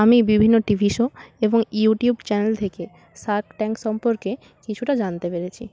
আমি বিভিন্ন TV show এবং ইউটিউব চ্যানেল থেকে সার্ক ট্যাঙ্ক সম্পর্কে কিছুটা জানতে পেরেছি